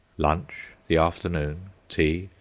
lunch, the afternoon, tea,